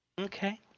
Okay